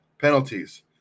Penalties